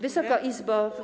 Wysoka Izbo!